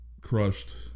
crushed